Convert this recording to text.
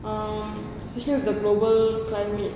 um especially with the global climate